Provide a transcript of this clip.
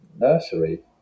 nursery